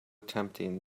tempting